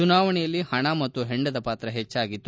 ಚುನಾವಣೆಯಲ್ಲಿ ಹಣ ಮತ್ತು ಹೆಂಡದ ಪಾತ್ರ ಹೆಚ್ಚಾಗಿತ್ತು